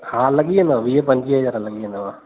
हा लॻी वेंदव वीह पंजवीह हज़ार लॻी वेंदव